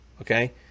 okay